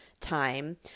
time